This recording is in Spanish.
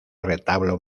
retablo